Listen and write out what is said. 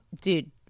Dude